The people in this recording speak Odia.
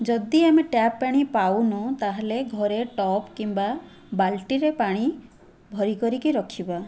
ଯଦି ଆମେ ଟ୍ୟାପ୍ ପାଣି ପାଉନୁ ତା'ହେଲେ ଘରେ ଟପ୍ କିମ୍ବା ବାଲ୍ଟିରେ ପାଣି ଭରି କରିକି ରଖିବା